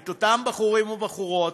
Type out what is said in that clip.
את אותם בחורים ובחורות,